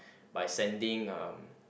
by sending uh